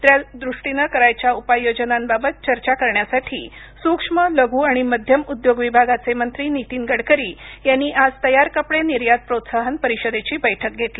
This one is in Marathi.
त्यादृष्टीनं करायच्या उपाययोजनांबाबत चर्चा करण्यासाठी सूक्ष्म लघू आणि मध्यम उद्योग विभागाचे मंत्री नीतीन गडकरी यांनी आज तयार कपडे निर्यात प्रोत्साहन परिषदेची बैठक घेतली